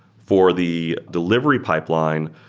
for the delivery pipeline,